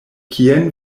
kien